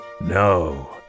No